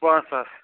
پانٛژھ ساس